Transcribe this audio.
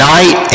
Night